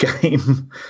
game